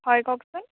হয় কওকচোন